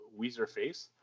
Weezerface